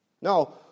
No